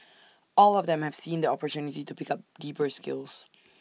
all of them have seen the opportunity to pick up deeper skills